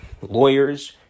lawyers